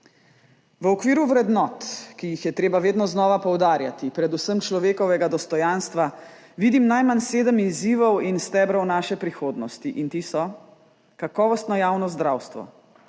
V okviru vrednot, ki jih je treba vedno znova poudarjati, predvsem človekovega dostojanstva, vidim najmanj sedem izzivov in stebrov naše prihodnosti, in ti so: kakovostno javno zdravstvo,